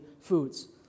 foods